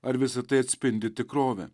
ar visa tai atspindi tikrovę